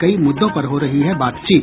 कई मुद्दों पर हो रही है बातचीत